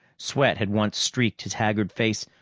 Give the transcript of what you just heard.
sweat had once streaked his haggard face,